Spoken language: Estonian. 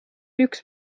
üks